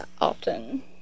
often